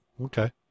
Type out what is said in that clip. Okay